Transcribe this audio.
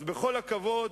אז בכל הכבוד,